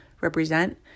represent